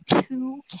two